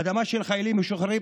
אדמה של חיילים משוחררים,